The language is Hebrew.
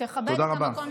את מכלילה על כולם.